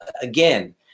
again